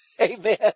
Amen